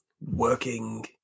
working